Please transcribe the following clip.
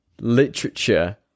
literature